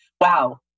wow